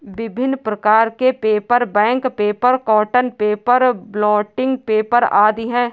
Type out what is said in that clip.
विभिन्न प्रकार के paper, bank paper, cotton paper, blotting paper आदि हैं